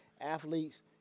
athletes